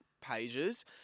pages